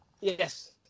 Yes